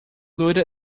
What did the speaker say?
loira